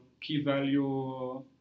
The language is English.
key-value